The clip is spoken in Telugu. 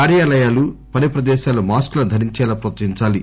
కార్యాలయాలూ పని ప్రదేశాల్లో మాస్క్ ను ధరించేలా ప్రోత్పహించాలి